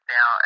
Now